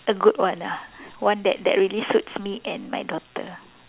a good one ah one that that really suits me and my daughter